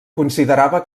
considerava